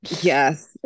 Yes